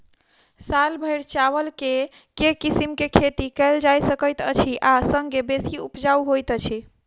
साल भैर चावल केँ के किसिम केँ खेती कैल जाय सकैत अछि आ संगे बेसी उपजाउ होइत अछि?